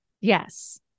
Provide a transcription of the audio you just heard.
Yes